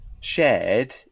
shared